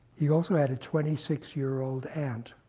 he also had a twenty six year old ant.